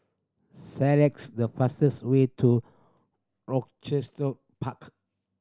select the fastest way to Rochester Park